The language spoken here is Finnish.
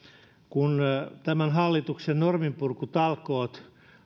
kun tämän hallituksen norminpurkutalkoot